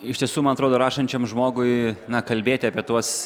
iš tiesų man atrodo rašančiam žmogui na kalbėti apie tuos